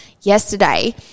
yesterday